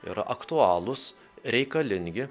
yra aktualūs reikalingi